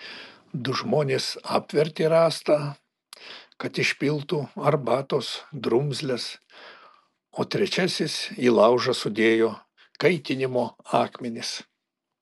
du žmonės apvertė rąstą kad išpiltų arbatos drumzles o trečiasis į laužą sudėjo kaitinimo akmenis